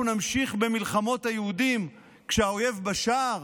אנחנו נמשיך במלחמות היהודים כשהאויב בשער,